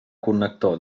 connector